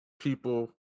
people